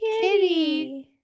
Kitty